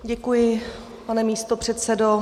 Děkuji, pane místopředsedo.